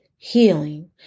healing